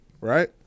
right